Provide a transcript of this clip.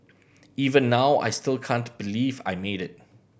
even now I still can't believe I made it